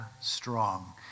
Strong